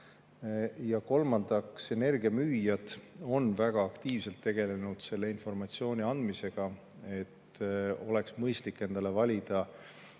Kolmandaks, energiamüüjad on väga aktiivselt tegelenud selle informatsiooni andmisega, et oleks mõistlik endale valida